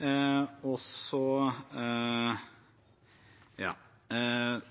Jeg registrerer også